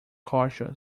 cautious